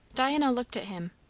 diana looked at him,